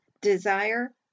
desire